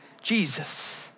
Jesus